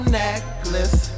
necklace